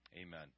Amen